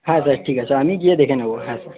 হ্যাঁ স্যার ঠিক আছে আমি গিয়ে দেখে নেব হ্যাঁ স্যার